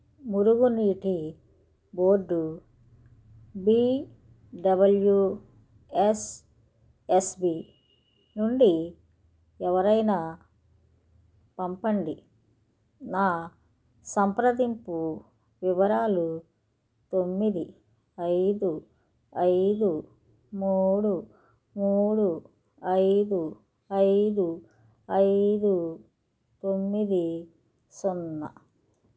మురుగునీటి board B W S S B నుండి ఎవరైనా పంపండి నా సంప్రదింపు వివరాలు తొమ్మిది ఐదు ఐదు మూడు మూడు ఐదు ఐదు ఐదు తొమ్మిది సున్నా